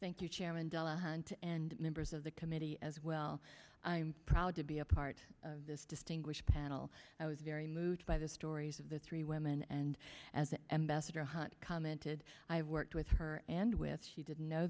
thank you chairman delahunt and members of the committee as well i'm proud to be a part of this distinguished panel i was very moved by the stories of the three women and as an ambassador a hot commented i worked with her and with she didn't know